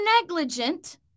negligent